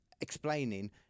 explaining